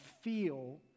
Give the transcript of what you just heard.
feel